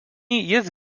jis